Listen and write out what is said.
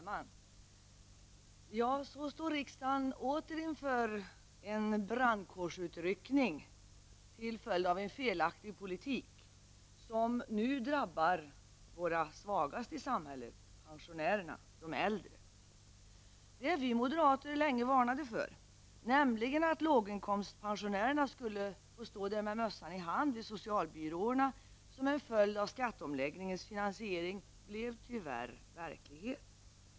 Herr talman! Så står riksdagen åter inför en ''brandkårsutryckning'' till följd av en felaktig politik, som nu drabbar våra svagaste i samhället, pensionärerna, de äldre. Det som vi moderater länge varnade för, nämligen att låginkomstpensionärerna skulle få stå med mössan i hand vid socialbyråerna som en följd av skatteomläggningens finansiering, blev tyvärr verklighet.